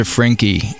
Frankie